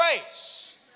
grace